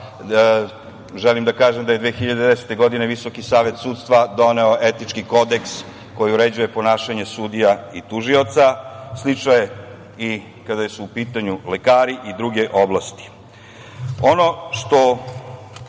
Želim da kažem da je 2010. godine Visoki savet sudstva doneo etički Kodeks koji uređuje ponašanje sudija i tužioca. Slično je i kada su u pitanju lekari i druge oblasti. Ono